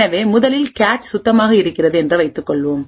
எனவே முதலில் கேச் சுத்தமாக இருக்கிறது என்று வைத்துக் கொள்வோம்